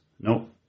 Nope